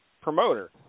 promoter